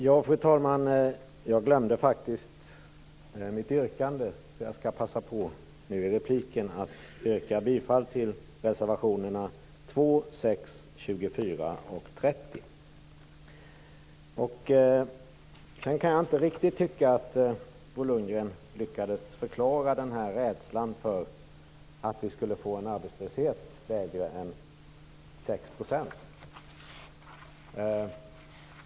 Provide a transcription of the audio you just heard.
Fru talman! Jag glömde faktiskt mitt yrkande. Jag skall passa på att nu i repliken yrka bifall till reservationerna 2, 6, 24 och 30. Sedan kan jag inte riktigt tycka att Bo Lundgren lyckades förklara rädslan för att vi skulle få en arbetslöshet lägre än 6 %.